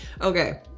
okay